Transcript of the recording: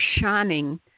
shining